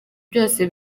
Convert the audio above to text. byose